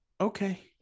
okay